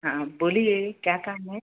हाँ बोलिए क्या काम है